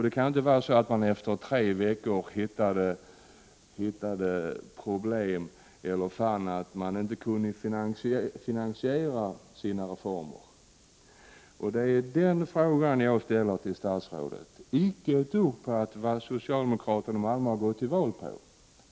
Det kän inte ha varit så att socialdemokraterna efter tre veckor hade hittat sådana problem att de inte kunde finansiera sina reformer. Den fråga som jag ställer till statsrådet gäller alltså inte alls vad socialdemokrater och andra gått till val på.